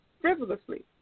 frivolously